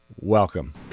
welcome